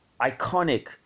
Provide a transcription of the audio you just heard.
iconic